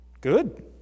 Good